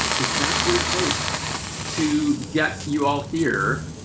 if that's what it takes to get you all here